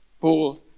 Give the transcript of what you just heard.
Paul